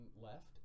left